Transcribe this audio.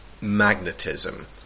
magnetism